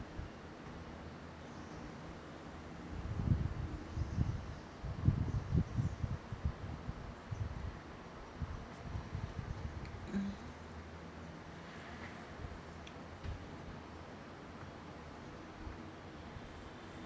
mm